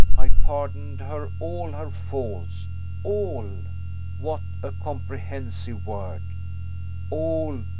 i pardoned her all her faults all what a comprehensive word all,